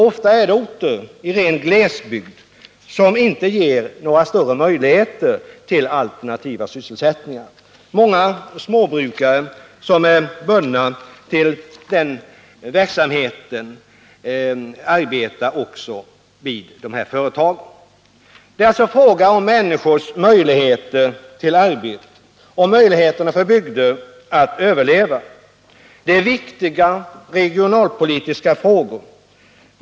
Ofta rör det sig om orter i ren glesbygd, som inte ger några större möjligheter till alternativ sysselsättning. Många småbrukare i bygden arbetar också vid dessa företag. Det är alltså fråga om människors möjligheter till arbete. om möjligheterna för bygder att överleva. Det är viktiga regionalpolitiska frågor.